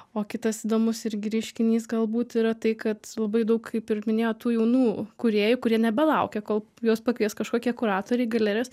o kitas įdomus irgi reiškinys galbūt yra tai kad labai daug kaip ir minėjo tų jaunų kūrėjų kurie nebelaukia kol juos pakvies kažkokie kuratoriai galerijos